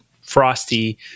Frosty